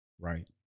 right